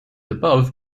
above